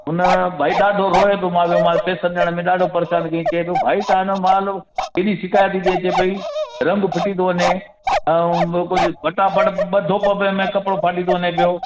उन भाई ॾाढो रोए पियो मां वियोमांसि पैसा वठणु ॾाढो परेशानु कयईं चयईं भाई तव्हांजो माल हेॾी शिकायति थी अचे पई रब फिटी थो वञे ऐं ॿियो कुझु फटाफटि में ॿ धोप में ब कपिड़ो फाटी थो वञे पियो